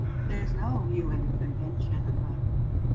but there's no un convention on i mean